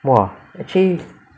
!wah! actually